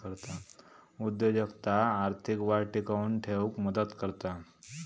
उद्योजकता आर्थिक वाढ टिकवून ठेउक मदत करता